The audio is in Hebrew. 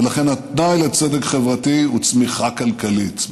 ולכן התנאי לצדק חברתי הוא צמיחה כלכלית,